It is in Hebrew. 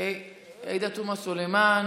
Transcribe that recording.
עאידה תומא סלימאן,